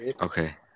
Okay